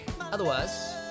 Otherwise